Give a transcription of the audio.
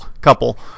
couple